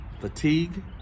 fatigue